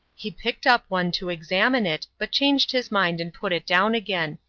he picked up one to examine it, but changed his mind and put it down again.